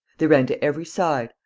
they ran to every side,